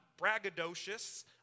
braggadocious